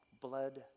Blood